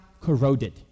corroded